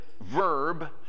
verb